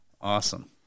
Awesome